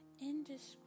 indescribable